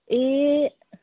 ए